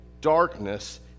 darkness